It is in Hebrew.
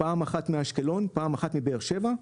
פעם אחת מאשקלון ופעם אחת מבאר שבע.